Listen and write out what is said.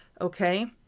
okay